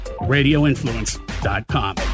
RadioInfluence.com